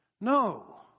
No